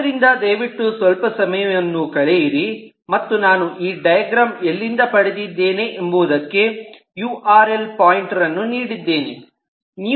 ಆದ್ದರಿಂದ ದಯವಿಟ್ಟು ಸ್ವಲ್ಪ ಸಮಯವನ್ನು ಕಳೆಯಿರಿ ಮತ್ತು ನಾನು ಈ ಡಯಾಗ್ರಾಮ್ ಎಲ್ಲಿಂದ ಪಡೆದಿದ್ದೇನೆ ಎಂಬುವುದಕ್ಕೆ ಯು ಆರ್ ಎಲ್ ಪಾಯಿಂಟರ್ ಅನ್ನು ನೀಡಿದ್ದೇನೆ